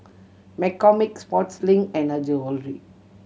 McCormick Sportslink and Her Jewellery